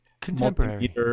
contemporary